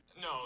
No